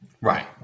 Right